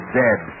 dead